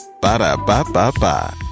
Ba-da-ba-ba-ba